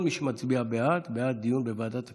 כל מי שמצביע בעד, זה בעד דיון בוועדת הכספים.